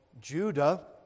Judah